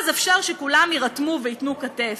אז אפשר שכולם יירתמו וייתנו כתף,